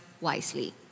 wisely